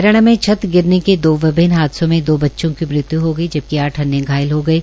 हरियाणा में छत गिरने से दो विभिन्न हादसों में दो बच्चों की मृत्य् हो गई जबकि आठ अन्य घायल हो गये